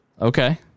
Okay